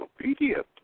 obedient